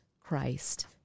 Christ